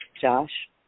Josh